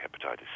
hepatitis